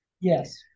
Yes